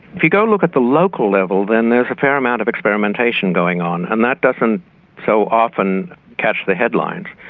if you go look at the local level, then there's a fair amount of experimentation going on and that doesn't so often catch the headlines.